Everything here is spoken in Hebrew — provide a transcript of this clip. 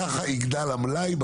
ככה יגדל המלאי,